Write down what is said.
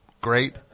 great